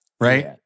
right